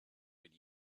would